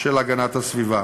של הגנת הסביבה.